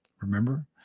Remember